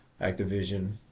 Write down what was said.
Activision